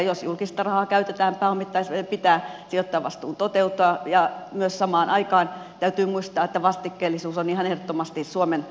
jos julkista rahaa käytetään pääomittamiseen pitää sijoittajavastuun toteutua ja samaan aikaan täytyy myös muistaa että vastikkeellisuus on ihan ehdottomasti suomen vaatimuksissa